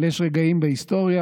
אבל יש רגעים בהיסטוריה,